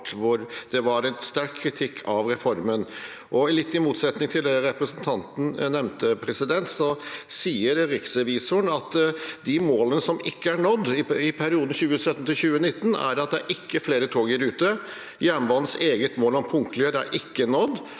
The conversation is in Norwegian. hvor det var sterk kritikk av reformen. Litt i motsetning til det representanten nevnte, sa riksrevisoren om målene som ikke ble nådd i perioden 2017–2019, at det ikke var flere tog i rute, at jernbanens eget mål om punktlighet ikke var